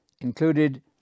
included